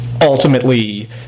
ultimately